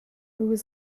was